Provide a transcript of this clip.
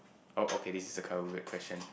oh okay this a kinda weird question